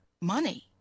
money